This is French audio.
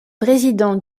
président